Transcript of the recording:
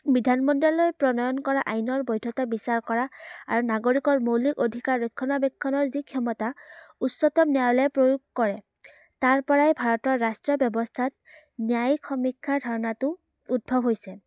বিধানমণ্ডলে প্ৰণয়ন কৰা আইনৰ বৈধতা বিচাৰ কৰা আৰু নাগৰিকৰ মৌলিক অধিকাৰ ৰক্ষণাবেক্ষণৰ যি ক্ষমতা উচ্চতম ন্যায়লৈ প্ৰয়োগ কৰে তাৰ পৰাই ভাৰতৰ ৰাষ্ট্ৰীয় ব্যৱস্থাত ন্যায়িক সমীক্ষাৰ ধাৰণাটো উদ্ভৱ হৈছে